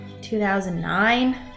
2009